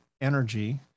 energy